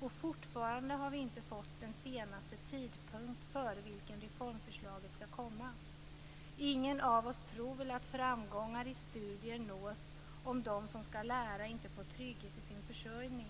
och fortfarande har vi inte fått en senaste tidpunkt före vilken reformförslaget skall komma. Ingen av oss tror väl att framgångar i studier nås om de som skall lära inte får trygghet i sin försörjning.